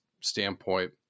standpoint